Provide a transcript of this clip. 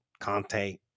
Conte